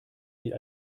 wie